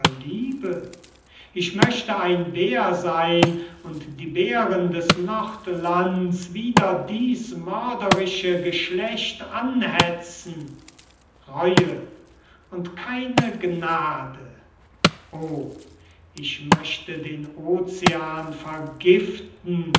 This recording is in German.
liebe ich möchte ein bär seyn und die bären des nordlands wider dies mörderische geschlecht anhetzen reue und keine gnade oh ich möchte den ocean vergiften